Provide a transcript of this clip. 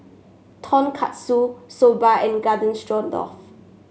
Tonkatsu Soba and Garden Stroganoff